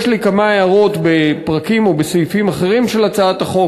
יש לי כמה הערות בפרקים או בסעיפים אחרים של הצעת החוק,